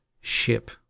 ship